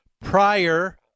prior